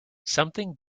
something